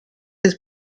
his